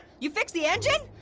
you fixed the engine?